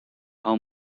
how